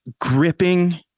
gripping